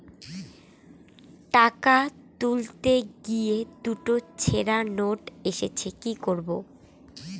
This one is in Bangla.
টাকা তুলতে গিয়ে দুটো ছেড়া নোট এসেছে কি করবো?